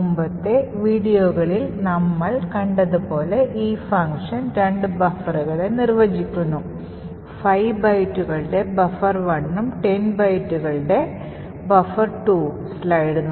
മുമ്പത്തെ വീഡിയോകളിൽ നമ്മൾ കണ്ടതുപോലെ ഈ ഫംഗ്ഷൻ രണ്ട് ബഫറുകളെ നിർവചിക്കുന്നു 5 ബൈറ്റുകളുടെ buffer1ഉം 10 ബൈറ്റുകൾ ഉള്ള buffer2 ഉം